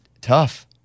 Tough